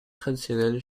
traditionnelles